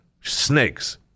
snakes